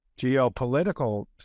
geopolitical